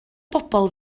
bobl